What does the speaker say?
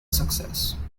success